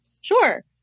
Sure